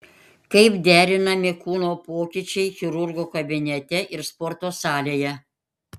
kaip derinami kūno pokyčiai chirurgo kabinete ir sporto salėje